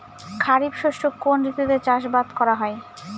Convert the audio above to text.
খরিফ শস্য কোন ঋতুতে চাষাবাদ করা হয়?